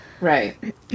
right